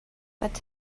but